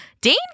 Dane